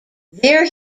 there